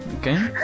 okay